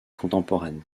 contemporaine